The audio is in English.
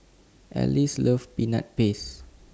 Alice loves Peanut Paste